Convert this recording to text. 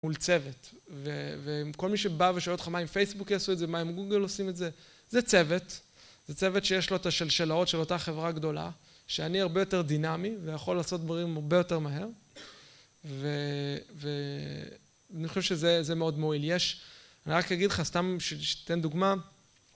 מול צוות, וכל מי שבא ושואל אותך מה עם פייסבוק יעשו את זה, מה עם גוגל עושים את זה, זה צוות, זה צוות שיש לו את השלשלאות של אותה חברה גדולה, שאני הרבה יותר דינמי ויכול לעשות דברים הרבה יותר מהר, ואני חושב שזה מאוד מועיל, יש, אני רק אגיד לך, סתם שתתן דוגמה,